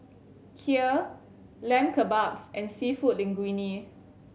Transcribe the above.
Kheer Lamb Kebabs and Seafood Linguine